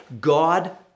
God